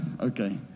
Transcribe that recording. Okay